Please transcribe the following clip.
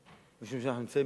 משום שאנחנו נמצאים